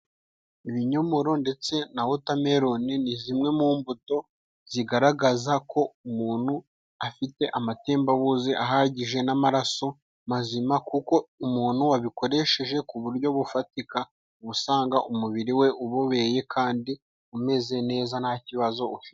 Ibinyomoro ndetse na wotameloni ni zimwe mu mbuto zigaragazako umuntu afite amatembabuzi ahagije n'amaraso mazima; kuko umuntu wabikoresheje ku buryo bufatika ,uba usanga umubiri we ubobeye kandi umeze neza nta kibazo ufite.